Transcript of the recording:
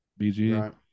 BG